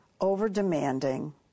over-demanding